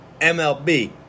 MLB